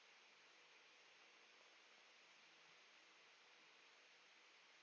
the